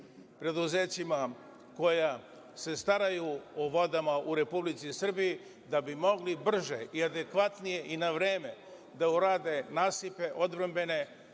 preduzećima koja se staraju o vodama u Republici Srbiji, da bi mogli brže i adekvatnije i na vreme da urade odbrambene